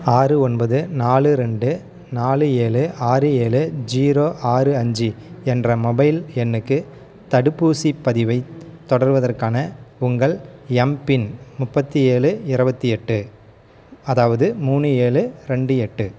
ஆறு ஒன்பது நாலு ரெண்டு நாலு ஏழு ஆறு ஏழு ஜீரோ ஆறு அஞ்சு என்ற மொபைல் எண்ணுக்கு தடுப்பூசிப் பதிவைத் தொடர்வதற்கான உங்கள் எம்பின் முப்பத்தி ஏழு இருபத்தி எட்டு அதாவது மூணு ஏழு ரெண்டு எட்டு